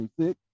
26